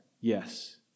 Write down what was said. yes